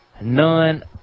none